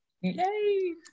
Yay